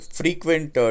frequent